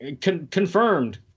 confirmed